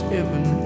Heaven